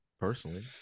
Personally